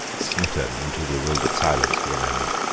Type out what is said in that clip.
smitten into bewildered silence for a moment.